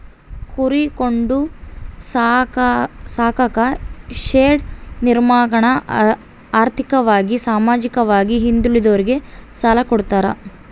ಕುರಿ ಕೊಂಡು ಸಾಕಾಕ ಶೆಡ್ ನಿರ್ಮಾಣಕ ಆರ್ಥಿಕವಾಗಿ ಸಾಮಾಜಿಕವಾಗಿ ಹಿಂದುಳಿದೋರಿಗೆ ಸಾಲ ಕೊಡ್ತಾರೆ